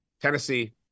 Tennessee